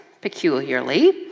peculiarly